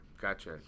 Gotcha